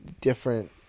different